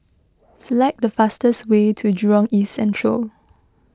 select the fastest way to Jurong East Central